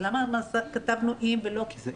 אז למה כתבנו "אם קיימים"?